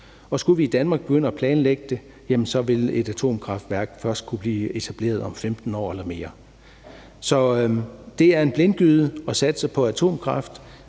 skulle vi i Danmark begynde at planlægge det, vil et atomkraftværk først kunne blive etableret om 15 år eller mere. Så det er en blindgyde at satse på atomkraft.